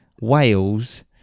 wales